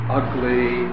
ugly